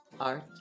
art